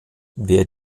wer